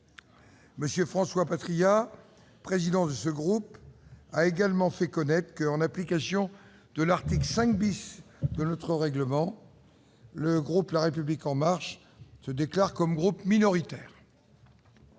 M. François Patriat, président de ce groupe, a également fait connaître que, en application de l'article 5 du règlement, le groupe La République en marche se déclare comme groupe minoritaire.